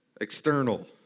external